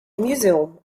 museum